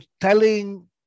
telling